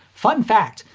fun fact!